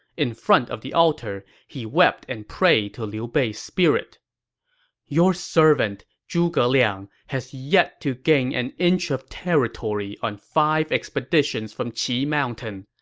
in front of the altar, he wept and prayed to liu bei's spirit your servant, zhuge liang, has yet to gain an inch of territory on five expeditions from qi mountain.